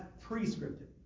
prescriptive